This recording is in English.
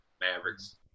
Mavericks